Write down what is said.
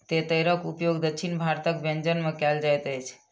तेतैरक उपयोग दक्षिण भारतक व्यंजन में कयल जाइत अछि